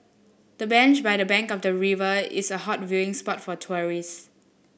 the bench by the bank of the river is a hot viewing spot for tourists